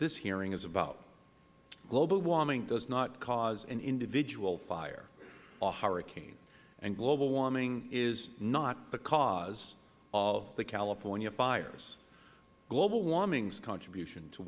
this hearing is about global warming does not cause an individual fire or hurricane and global warming is not the cause of the california fires global warming's contribution to